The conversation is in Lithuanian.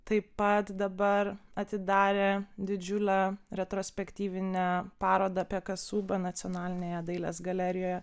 taip pat dabar atidarė didžiulę retrospektyvinę parodą apie kasubą nacionalinėje dailės galerijoje